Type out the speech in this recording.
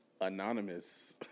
anonymous